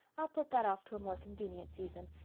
i'll put that off to a more convenient season,